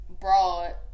Broad